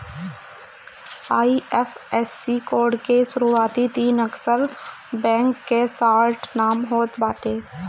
IFSC code के शुरूआती तीन अक्षर बैंक कअ शार्ट नाम होत बाटे